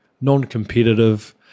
non-competitive